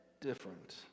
different